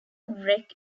wreck